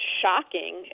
shocking